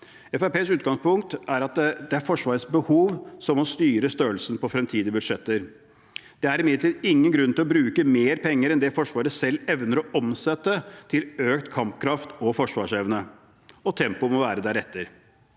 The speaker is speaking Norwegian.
utgangspunkt er at det er Forsvarets behov som må styre størrelsen på fremtidige budsjetter. Det er imidlertid ingen grunn til å bruke mer penger enn det Forsvaret selv evner å omsette til økt kampkraft og forsvarsevne, og tempoet må være deretter.